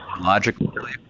logically